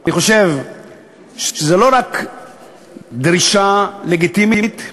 אני חושב שזו לא רק דרישה לגיטימית,